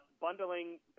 bundling